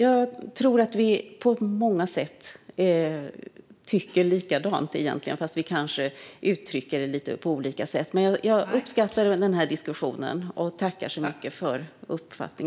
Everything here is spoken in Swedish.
Jag tror att vi på många sätt egentligen tycker likadant, fast vi kanske uttrycker det på olika sätt. Jag uppskattar denna diskussion och tackar så mycket för den.